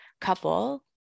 couple